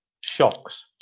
shocks